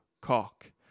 cock